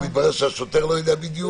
גם מתברר שהשוטר לא יודע בדיוק,